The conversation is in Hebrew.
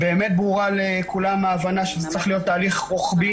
באמת ברורה לכולם ההבנה שזה צריך להיות תהליך רוחבי.